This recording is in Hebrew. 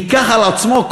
ייקח על עצמו,